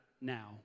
now